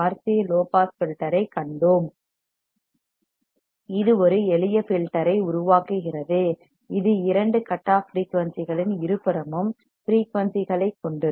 C RC low pass filter ஐக் கண்டோம் இது ஒரு எளிய ஃபில்டர் ஐ உருவாக்குகிறது இது இரண்டு கட் ஆஃப் ஃபிரீயூன்சிகளின் இருபுறமும் ஃபிரீயூன்சிகளைக் கொண்டிருக்கும்